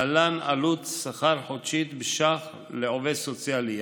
להלן עלות שכר חודשי בש"ח לעובד סוציאלי,